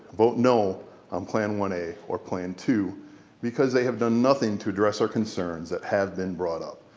vote no on plan one a or plan two because they have done nothing to address our concerns that have been brought up.